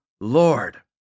Lord